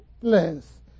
place